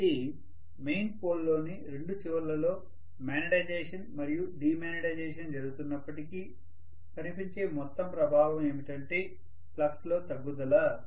కాబట్టి main pole లోని రెండు చివర్లలో మాగ్నెటైజేషన్ మరియు డీమాగ్నిటైజేషన్ జరుగుతున్నప్పటికీ కనిపించే మొత్తం ప్రభావం ఏమిటంటే ఫ్లక్స్ లో తగ్గుదల